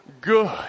Good